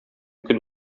көн